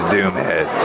Doomhead